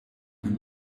beim